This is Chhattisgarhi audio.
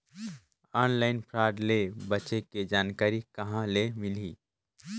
ऑनलाइन फ्राड ले बचे के जानकारी कहां ले मिलही?